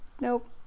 Nope